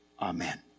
Amen